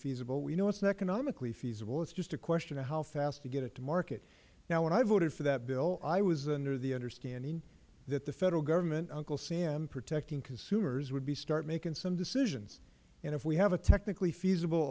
feasible we know it is economically feasible it is just a question of how fast to get it to market now when i voted for that bill i was of the understanding that the federal government uncle sam protecting consumers would start making some decisions if we have a technically feasible